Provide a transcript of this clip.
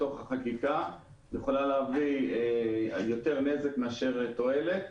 יכולה להביא יותר נזק מאשר תועלת.